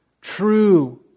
true